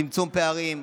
צמצום פערים.